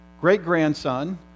Great-grandson